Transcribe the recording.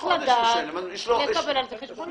הוא צריך לדעת ולקבל על זה חשבונית.